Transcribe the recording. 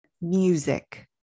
Music